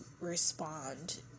respond